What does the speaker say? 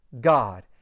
God